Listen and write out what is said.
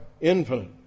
infinite